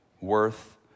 worth